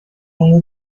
اونو